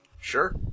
Sure